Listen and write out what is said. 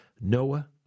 Noah